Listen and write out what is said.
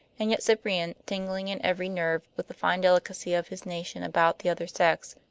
and yet cyprian, tingling in every nerve with the fine delicacy of his nation about the other sex,